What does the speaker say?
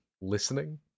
listening